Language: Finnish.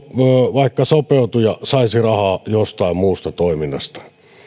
vaikka sopeutuja saisi rahaa jostain muusta toiminnasta